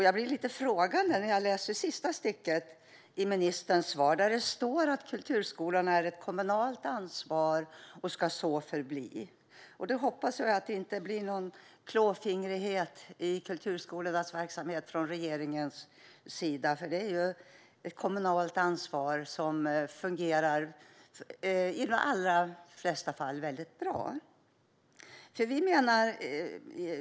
Jag blir lite frågande när jag hör sista stycket i ministerns svar, där hon säger att kulturskolan är ett kommunalt ansvar och så ska förbli. Jag hoppas att det inte blir någon klåfingrighet från regeringens sida gentemot kulturskolornas verksamhet, för det är ett kommunalt ansvar som i de allra flesta fall fungerar väldigt väl.